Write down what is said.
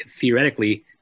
theoretically